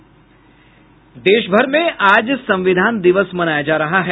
देशभर में आज संविधान दिवस मनाया जा रहा है